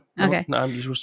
Okay